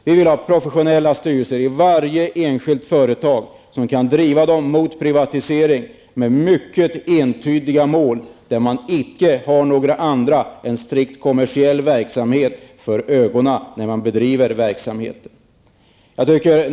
Vi vill ha professionella styrelser i varje enskilt företag som kan driva dem mot privatisering med mycket entydiga mål och där man icke har något annat än strikt kommersiell verksamhet för ögonen när man bedriver verksamheten.